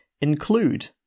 include